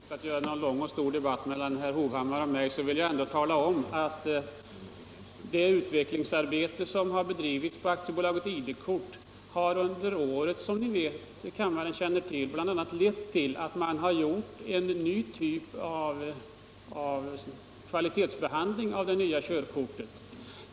Herr talman! Jag har inte för avsikt att föra någon lång debatt med herr Hovhammar, men jag vill ändå tala om, att det utvecklingsarbete som har bedrivits av AB ID-kort under året, som kammaren säkert känner till, bl.a. har lett till att man har infört en ny typ av kvalitetsbehandling av körkortet.